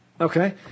Okay